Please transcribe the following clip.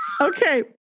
Okay